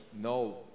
No